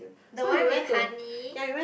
the one with honey